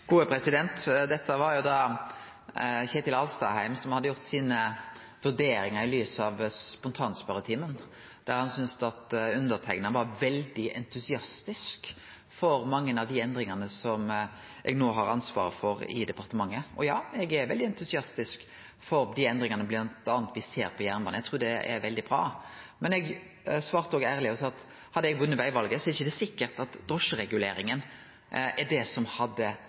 var Kjetil Alstadheim som hadde gjort sine vurderingar i lys av spontanspørjetimen, der han syntest at underteikna var veldig entusiastisk for mange av dei endringane som eg no har ansvar for i departementet. Og ja, eg er entusiastisk for dei endringane me bl.a. ser på jernbane, eg trur det er veldig bra. Men eg svarte òg ærleg og sa at om eg hadde vunne vegvalet, er det ikkje sikkert at drosjereguleringa er det som hadde